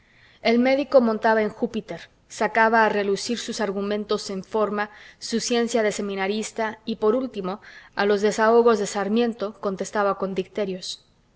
el médico montaba en júpiter sacaba a relucir sus argumentos en forma su ciencia de seminarista y por último a los desahogos de sarmiento contestaba con dicterios